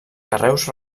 carreus